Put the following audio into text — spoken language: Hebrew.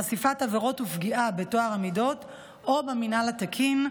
חשיפת עבירות ופגיעה בטוהר המידות או במינהל התקין,